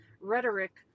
rhetoric